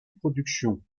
productions